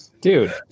Dude